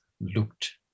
looked